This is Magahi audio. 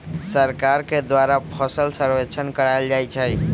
सरकार के द्वारा फसल सर्वेक्षण करायल जाइ छइ